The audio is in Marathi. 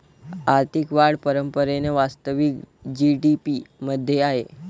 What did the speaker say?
आर्थिक वाढ परंपरेने वास्तविक जी.डी.पी मध्ये आहे